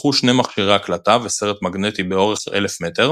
נלקחו שני מכשירי הקלטה וסרט מגנטי באורך 1000 מטר